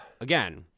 Again